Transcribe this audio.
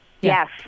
Yes